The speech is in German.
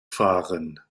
fahren